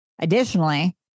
Additionally